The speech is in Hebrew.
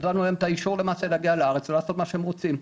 נתנו להם את האישור למעשה להגיע לארץ ולעשות מה שהם רוצים.